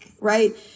right